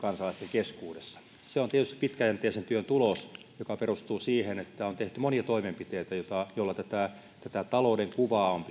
keskuudessa se on tietysti pitkäjänteisen työn tulos joka perustuu siihen että on tehty monia toimenpiteitä joilla tätä tätä talouden kuvaa